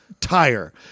tire